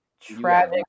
tragic